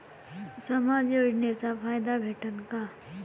समाज योजनेचा फायदा भेटन का?